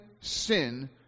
sin